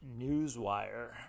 newswire